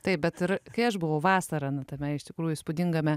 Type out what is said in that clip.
taip bet ir kai aš buvau vasarą nu tame iš tikrųjų įspūdingame